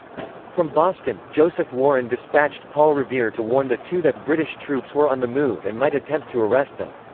from boston, joseph warren dispatched paul revere to warn the two that british troops were on the move and might attempt to arrest them.